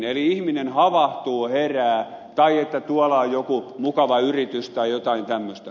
eli ihminen havahtuu herää että tuolla on joku mukava yritys tai jotain tämmöistä